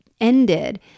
ended